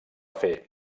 fer